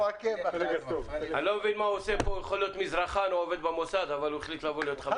אדוני היושב ראש,